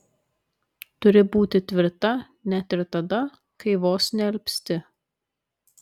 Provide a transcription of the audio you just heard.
turi būti tvirta net ir tada kai vos nealpsti